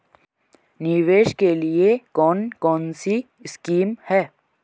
निवेश के लिए कौन कौनसी स्कीम हैं?